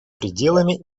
пределами